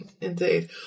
Indeed